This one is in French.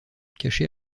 caché